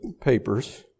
papers